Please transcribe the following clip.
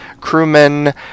crewmen